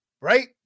right